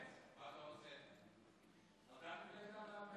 הקו שלהם, חבר הכנסת פרוש.